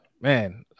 man